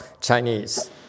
Chinese